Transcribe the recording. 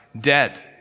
dead